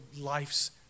life's